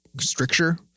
stricture